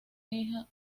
hija